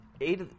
eight